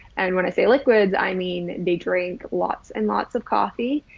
and when i say liquids, i mean, they drink lots and lots of coffee,